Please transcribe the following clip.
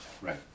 Right